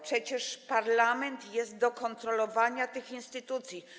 Przecież parlament jest do kontrolowania tych instytucji.